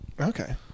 Okay